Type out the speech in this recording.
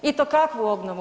I to kakvu obnovu?